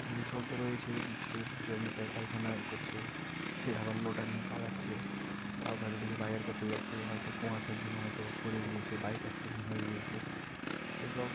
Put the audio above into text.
আর এসব তো রয়েছেই কে জমিতে পায়খানা করছে কে আবার লোটা নিয়ে পালাচ্ছে কাউকে হয়তো দেখি বাজার করতে যাচ্ছে হয়তো কুয়াশার জন্য হয়তো পড়ে গিয়েছে বাইক অ্যাক্সিডেন্ট হয়ে গিয়েছে সেসব